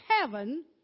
heaven